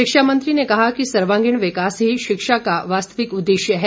शिक्षा मंत्री ने कहा कि सर्वागीण विकास ही शिक्षा का वास्तिवक उद्देश्य है